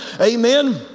amen